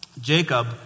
Jacob